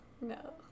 No